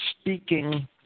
speaking